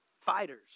fighters